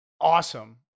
Awesome